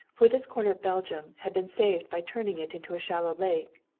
for this corner of belgium had been saved by turning it into a shallow lake.